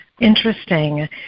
Interesting